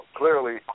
clearly